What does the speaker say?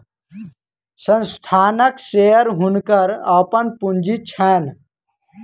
संस्थानक शेयर हुनकर अपन पूंजी छैन